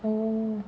oh